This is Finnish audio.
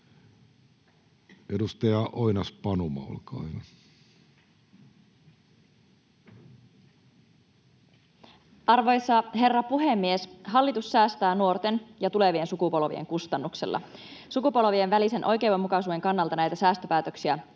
kesk) Time: 16:32 Content: Arvoisa herra puhemies! Hallitus säästää nuorten ja tulevien sukupolvien kustannuksella. Sukupolvien välisen oikeudenmukaisuuden kannalta näitä säästöpäätöksiä